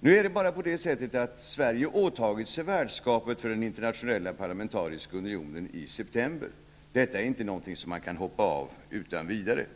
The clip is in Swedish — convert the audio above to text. Nu är det så att Sverige har åtagit sig värdskapet för den internationella parlamentariska unionen i september. Detta är inte någonting som man kan hoppa av utan vidare.